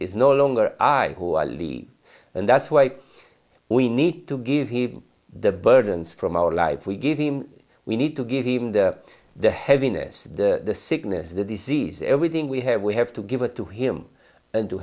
is no longer i who i leave and that's why we need to give him the burdens from our life we give him we need to give him the the heaviness the sickness the disease everything we have we have to give it to him and to